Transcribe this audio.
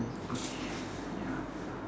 okay ya